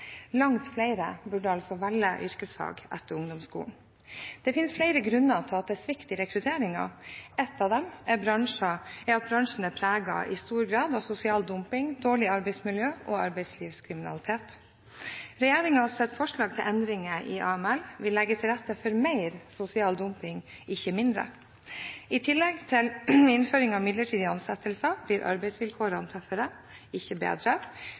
Langt flere burde altså velge yrkesfag etter ungdomsskolen. Det finnes flere grunner til at det er svikt i rekrutteringen. En av disse er at bransjene i stor grad er preget av sosial dumping, dårlig arbeidsmiljø og arbeidslivskriminalitet. Regjeringens forslag til endringer i arbeidsmiljøloven vil legge til rette for mer sosial dumping, ikke mindre. I tillegg til innføring av midlertidig ansettelser blir arbeidsvilkårene tøffere, ikke bedre.